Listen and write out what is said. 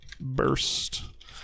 burst